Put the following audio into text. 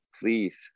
please